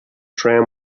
tram